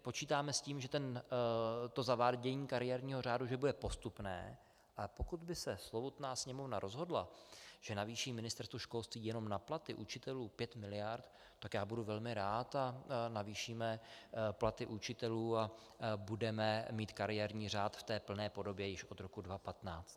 Počítáme s tím, že zavádění kariérního řádu bude postupné, ale pokud by se slovutná Sněmovna rozhodla, že navýší Ministerstvu školství jenom na platy učitelů 5 mld., tak já budu velmi rád a navýšíme platy učitelů a budeme mít kariérní řád v plné podobě již od roku 2015.